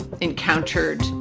encountered